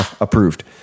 approved